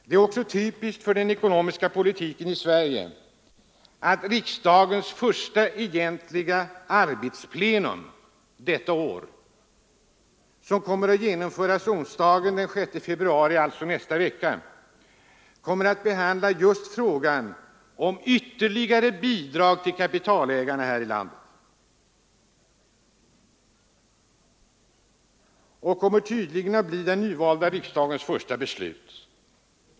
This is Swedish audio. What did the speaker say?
Det är också typiskt för den ekonomiska politiken i Sverige att riksdagens första egentliga arbetsplenum detta år, som kommer att genomföras onsdagen den 6 februari — alltså nästa vecka — kommer att behandla just frågan om ytterligare bidrag till kapitalägarna här i landet. Detta kommer tydligen att bli den nyvalda riksdagens första beslut.